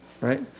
right